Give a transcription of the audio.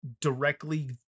directly